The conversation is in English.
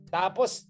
tapos